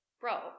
Bro